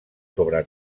sobre